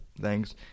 thanks